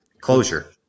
Closure